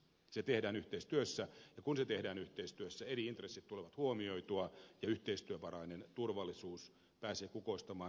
se tehdään yhteistyössä ja kun se tehdään yhteistyössä eri intressit tulee huomioitua ja yhteistyövarainen turvallisuus pääsee kukoistamaan